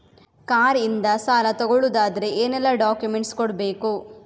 Car ಇಂದ ಸಾಲ ತಗೊಳುದಾದ್ರೆ ಏನೆಲ್ಲ ಡಾಕ್ಯುಮೆಂಟ್ಸ್ ಕೊಡ್ಬೇಕು?